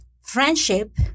friendship